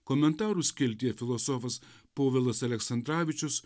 komentarų skiltyje filosofas povilas aleksandravičius